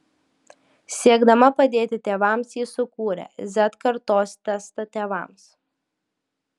siekdama padėti tėvams ji sukūrė z kartos testą tėvams